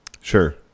Sure